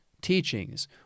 teachings